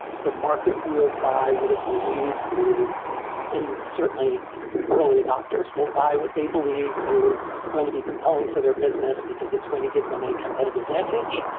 the market will buy what it believes is and certainly early adopters. will buy what they believe is going to be compelling for their business, because it's going to give them a competitive advantage.